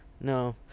no